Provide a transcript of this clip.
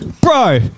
Bro